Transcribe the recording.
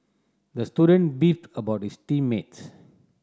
the student beefed about his team mates